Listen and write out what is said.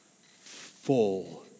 full